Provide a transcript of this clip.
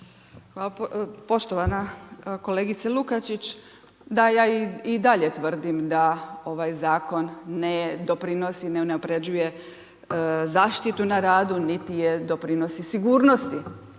Poštovana kolegice Lukačić, da ja i dalje tvrdim da ovaj zakon ne doprinosi, ne unapređuje zaštitu na radu niti doprinosi sigurnosti